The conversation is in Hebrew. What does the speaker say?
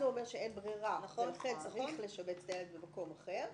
זה אומר שאין ברירה ולכן צריך לשבץ את הילד במקום אחר,